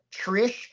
Trish